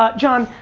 ah john,